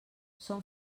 són